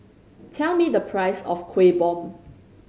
tell me the price of Kueh Bom